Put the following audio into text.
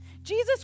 Jesus